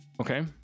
okay